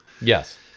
yes